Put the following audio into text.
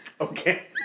okay